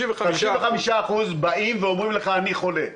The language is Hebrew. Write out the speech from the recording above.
55% באים ואומרים לך: אני חולה.